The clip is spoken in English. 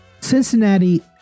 Cincinnati